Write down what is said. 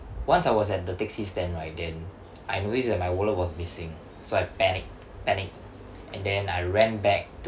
once I was at the taxi stand right then I noticed that my wallet was missing so I panic panic and then I ran back